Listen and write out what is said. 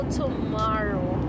tomorrow